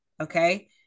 Okay